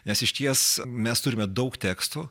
nes išties mes turime daug tekstų